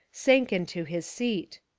sank into his seat.